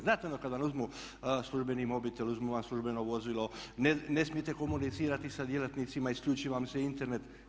Znate, ono kad vam uzmu službeni mobitel, uzmu vam službeno vozilo, ne smijete komunicirati sa djelatnicima, isključi vam se Internet.